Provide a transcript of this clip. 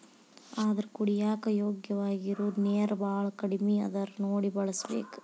ಆದರ ಕುಡಿಯಾಕ ಯೋಗ್ಯವಾಗಿರು ನೇರ ಬಾಳ ಕಡಮಿ ಅದಕ ನೋಡಿ ಬಳಸಬೇಕ